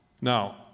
Now